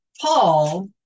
Paul